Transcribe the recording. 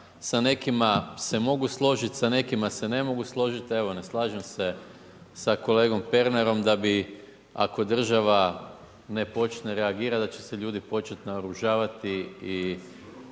sa nekima se mogu složiti sa nekima se ne mogu složiti, evo ne slažem se sa kolegom Pernarom, da bi, ako država ne počne reagirati, da će se ljudi početi naoružavati i